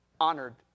Honored